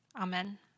Amen